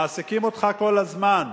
מעסיקים אותך כל הזמן,